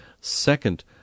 second